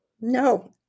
No